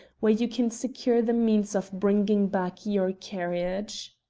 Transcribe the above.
where you can secure the means of bringing back your carriage.